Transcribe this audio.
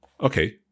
Okay